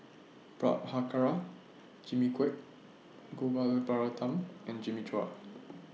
Prabhakara Jimmy Quek Gopal Baratham and Jimmy Chua